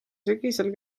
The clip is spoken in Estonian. sügisel